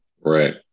right